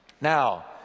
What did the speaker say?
Now